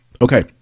Okay